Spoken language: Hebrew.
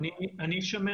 אני רוצה